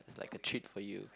it's like a treat for you